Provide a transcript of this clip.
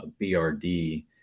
BRD